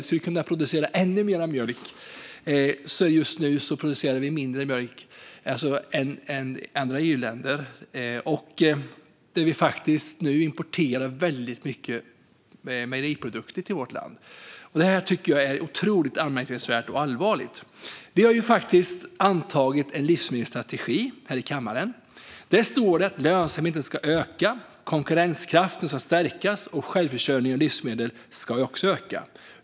Vi skulle kunna producera ännu mer mjölk, men i stället producerar vi just nu mindre mjölk än andra EU-länder. Vi importerar nu väldigt mycket mejeriprodukter till vårt land. Det här tycker jag är otroligt anmärkningsvärt och allvarligt. Vi har antagit en livsmedelsstrategi här i kammaren. Där står det att lönsamheten ska öka, att konkurrenskraften ska stärkas och att självförsörjningen av livsmedel ska öka.